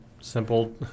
Simple